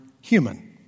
human